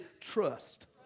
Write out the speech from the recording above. trust